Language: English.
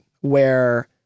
where-